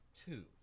two